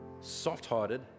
soft-hearted